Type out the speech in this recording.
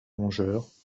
rongeurs